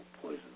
poison